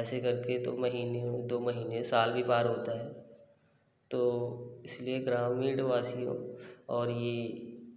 ऐसे करके तो महीने दो महीने साल भी पार होता है तो इसलिए ग्रामीणवासियों और ये